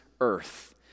earth